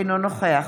אינו נוכח